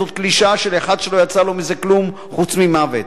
זאת קלישאה של אחד שלא יצא לו מזה כלום חוץ ממוות.